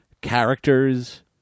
characters